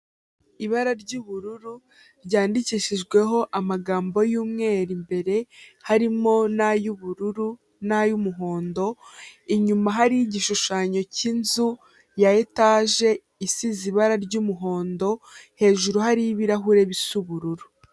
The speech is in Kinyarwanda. Ibara ry'ubururu ryandikishijweho amagambo y'umweru imbere, harimo n'ay'ubururu, n'ay'umuhondo, inyuma hariyo igishushanyo cy'inzu ya etaje isize ibara ry'umuhondo, hejuru hariyo ibirahure bisa ubururu.